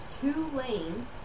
two-lane